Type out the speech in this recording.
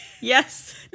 Yes